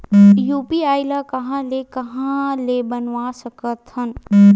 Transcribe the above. UPI ल कहां ले कहां ले बनवा सकत हन?